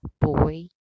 boy